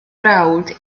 brawd